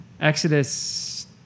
Exodus